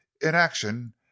INACTION